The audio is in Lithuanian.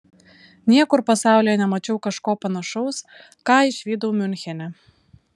niekur pasaulyje nemačiau kažko panašaus ką išvydau miunchene